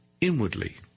inwardly